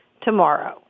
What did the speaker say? tomorrow